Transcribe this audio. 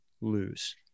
lose